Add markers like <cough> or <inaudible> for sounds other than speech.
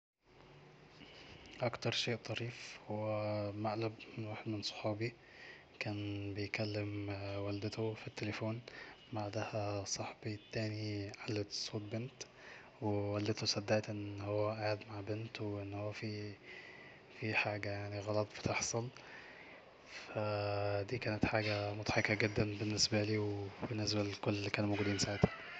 "اكتر شيء طريف هو مقلب من واحد من صحابي كان بيكلم والدته في التليفون بعدها صاحبي التاني قلد صوت بنت ووالدته صدقت أن هو قاعد مع بنت وان هو بي في حاجة غلط يعني بتحصل ف <hesitation> دي كانت حاجة مضحكه جدا بالنسبالي وبالنسبة لي كل اللي كانو موجودين ساعتها"